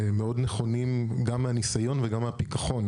גם מהניסיון וגם מהפיכחון